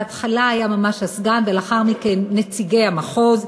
בהתחלה היה ממש הסגן ולאחר מכן נציגי המחוז,